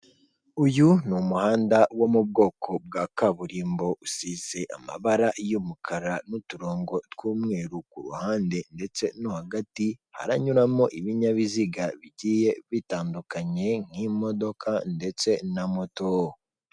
Uyu ni umuhanda wo mu bwoko bwa kaburimbo, usize amabara y'umukara n'uturongo tw'umweru ku ruhande ndetse no hagati, haranyuramo ibinyabiziga bigiye bitandukanye nk'imodoka ndetse na moto.